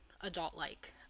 adult-like